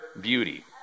beauty